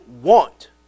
want